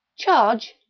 charge!